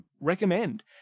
recommend